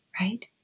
right